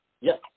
Yes